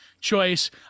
choice